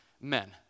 men